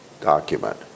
document